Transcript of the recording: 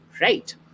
right